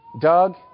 Doug